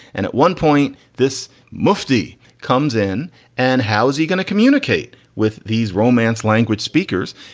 and at one point this mufti comes in and how is he going to communicate with these romance language speakers?